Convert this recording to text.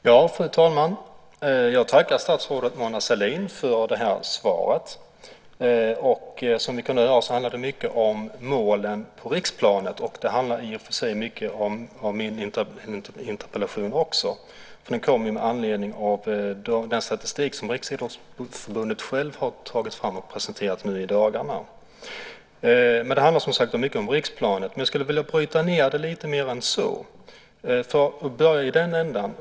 Fru talman! Jag tackar statsrådet Mona Sahlin för svaret. Som vi kunde höra handlade det mycket om målen på riksplanet och i och för sig ganska mycket också om min interpellation. Jag framställde den med anledning av den statistik som Riksidrottsförbundet självt har tagit fram och presenterat nu i dagarna. Jag skulle vilja bryta ned svaret lite mer än så.